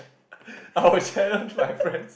I'll challenge my friends